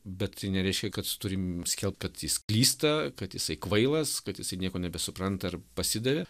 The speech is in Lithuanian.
bet tai nereiškia kad turim skelbt kad jis klysta kad jisai kvailas kad jisai nieko nebesupranta ar pasidavė